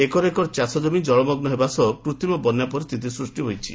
acre acre ଚାଷଜମି ଜଳମଗୁ ହେବା ସହ କୃତ୍ରିମ ବନ୍ୟା ପରିସ୍ତିତି ସୃଷ୍ ହୋଇଛି